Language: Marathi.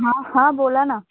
हां हां बोला ना